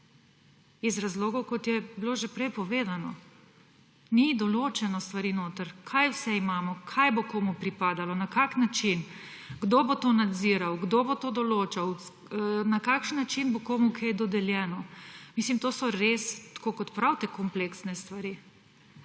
iz razlogov, kot je bilo že prej povedano. Niso določene stvari notri, kaj vse imamo, kaj bo komu pripadalo, na kakšen način, kdo bo to nadziral, kdo bo to določal, na kakšen način bo komu kaj dodeljeno. To so res, tako kot pravite, kompleksne stvari.